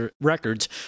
records